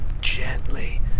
gently